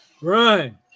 Run